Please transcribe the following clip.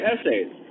essays